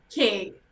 okay